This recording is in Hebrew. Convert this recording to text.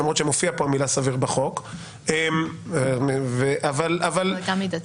למרות שמופיעה המילה סביר בחוק --- גם מידתיות.